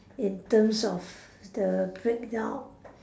in terms of the breakdown